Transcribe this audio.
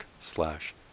slash